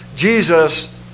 Jesus